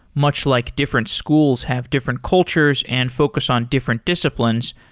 much like different schools have different cultures and focus on different disciplines,